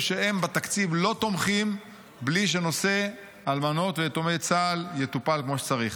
שהם בתקציב לא תומכים בלי שנושא אלמנות ויתומי צה"ל יטופל כמו שצריך.